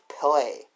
play